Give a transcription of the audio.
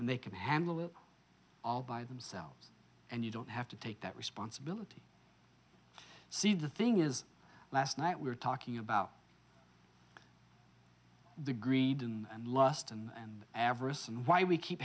and they can handle all by themselves and you don't have to take that responsibility see the thing is last night we were talking about the greed and lust and avarice and why we keep